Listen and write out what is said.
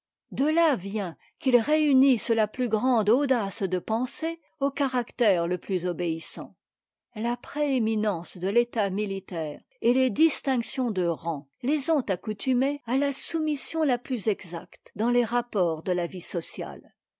de là vient qu'ils réunissent la plus grande audace de pensée au caractère le plus obéissant la prééminence de l'état militaire et les distinctions de rang les ont accoutumés à la soumission la plus exacte dans les rapports de la vie sociale